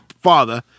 father